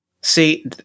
See